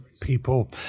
people